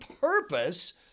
purpose